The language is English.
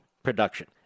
Production